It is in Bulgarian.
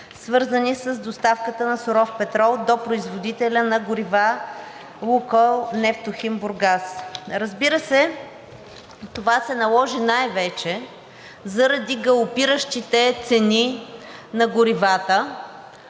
свързани с доставката на суров петрол до производителя на горива „Лукойл Нефтохим Бургас“ АД. Разбира се, това се наложи най-вече заради галопиращите цени на горивата.